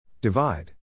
Divide